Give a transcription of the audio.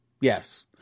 Yes